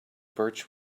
birch